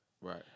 Right